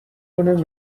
کنه